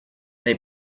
they